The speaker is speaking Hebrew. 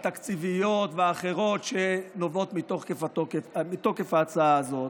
התקציביות והאחרות שנובעות מתוקף ההצעה הזאת?